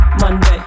Monday